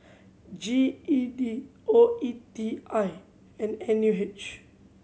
G E D O E T I and N U H